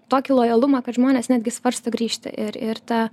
tokį lojalumą kad žmonės netgi svarsto grįžti ir ir ta